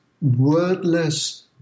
wordless